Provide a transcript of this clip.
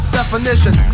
definition